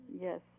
Yes